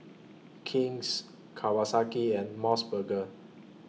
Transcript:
King's Kawasaki and Mos Burger